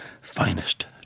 finest